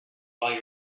while